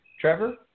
Trevor